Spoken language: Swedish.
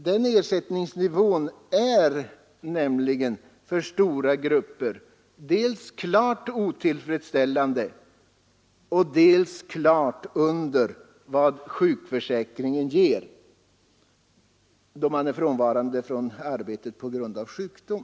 Denna ersättningsnivå är nämligen för stora grupper dels klart otillfredsställande, dels klart under vad sjukförsäkringen ger, då man är frånvarande från arbetet på grund av sjukdom.